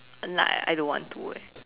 and like I don't want to eh